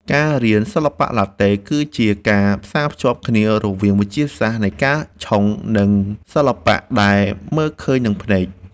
ការរៀនសិល្បៈឡាតេ គឺជាការផ្សារភ្ជាប់គ្នារវាងវិទ្យាសាស្ត្រនៃការឆុង និងសិល្បៈដែលមើលឃើញនឹងភ្នែក។